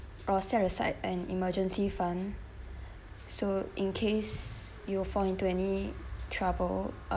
or set aside an emergency fund so in case you will fall into any trouble uh